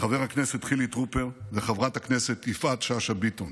חבר הכנסת חילי טרופר וחברת הכנסת יפעת שאשא ביטון.